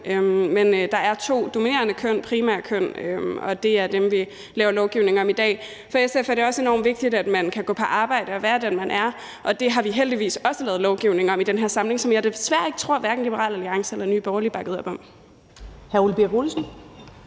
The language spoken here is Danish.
men der er to dominerende køn, primære køn, og det er dem, vi laver lovgivning om i dag. For SF er det også enormt vigtigt, at man kan gå på arbejde og være den, man er, og det har vi heldigvis også lavet lovgivning om i den her samling, som jeg desværre tror at hverken Liberal Alliance eller Nye Borgerlige bakkede op om.